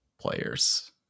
players